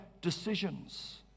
decisions